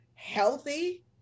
healthy